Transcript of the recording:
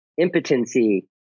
impotency